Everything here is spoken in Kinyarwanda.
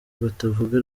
batavuga